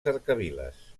cercaviles